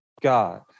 God